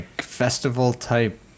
festival-type